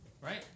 right